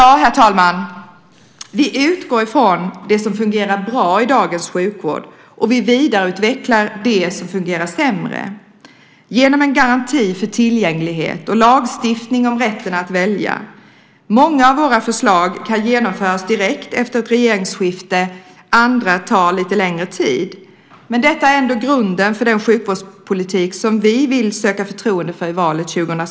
Herr talman! Vi utgår från det som fungerar bra i dagens sjukvård. Vi vidareutvecklar det som fungerar sämre genom en garanti för tillgänglighet och lagstiftning om rätten att välja. Många av våra förslag kan genomföras direkt efter ett regeringsskifte; andra tar lite längre tid. Men detta är ändå grunden för den sjukvårdspolitik som vi vill söka förtroende för i valet 2006.